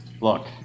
look